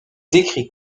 décrit